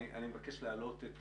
אני מבקש להעלות את